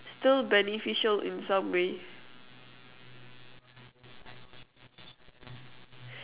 still beneficial in some way